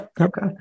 Okay